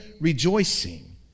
rejoicing